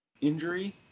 injury